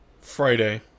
Friday